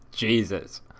Jesus